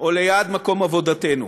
או ליד מקום עבודתנו.